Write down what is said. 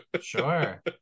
sure